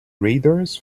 radars